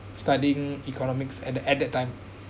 studying economics at the at that time